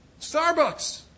Starbucks